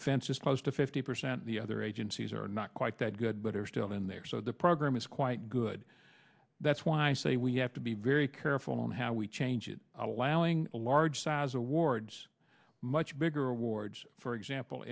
defense is close to fifty percent the other agencies are not quite that good but are still in there so the program is quite good that's why i say we have to be very careful on how we change it allowing large size awards much bigger awards for example